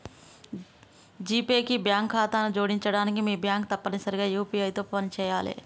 GPay కి bank ఖాతాను జోడించడానికి మీ బ్యాంక్ తప్పనిసరిగా యూ.పీ.ఐ తో పనిచేయాలే